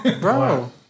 Bro